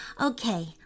Okay